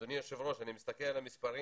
אדוני היושב ראש, אני מסתכל על המספרים,